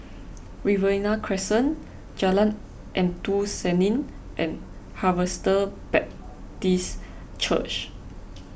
Riverina Crescent Jalan Endut Senin and Harvester Baptist Church